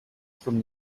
from